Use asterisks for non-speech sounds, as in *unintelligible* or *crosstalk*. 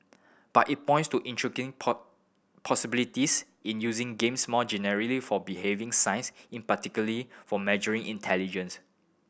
but it points to intriguing *unintelligible* possibilities in using games more generally for behaving science in particularly for measuring intelligence